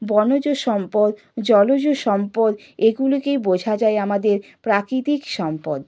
বনজ সম্পদ জলজ সম্পদ এগুলোকেই বোঝা যায় আমাদের প্রাকৃতিক সম্পদ